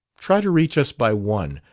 try to reach us by one,